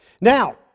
Now